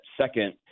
second